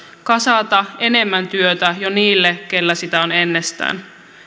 kasata enemmän työtä jo niille keillä sitä on ennestään